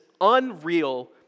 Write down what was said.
unreal